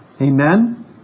Amen